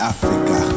Africa